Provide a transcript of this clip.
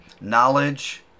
Knowledge